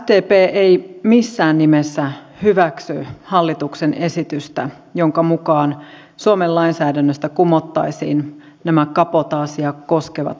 sdp ei missään nimessä hyväksy hallituksen esitystä jonka mukaan suomen lainsäädännöstä kumottaisiin nämä kabotaasia koskevat määritelmät